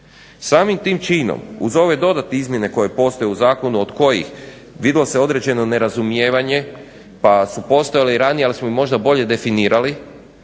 Samim tim činom uz ove dodatne izmjene koje postoje u zakonu, od kojih vidjelo se određeno nerazumijevanje, pa su postojale i ranije, ali smo ih možda bolje definirali,